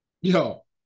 Yo